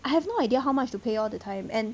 I have no idea how much to pay all the time and